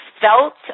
felt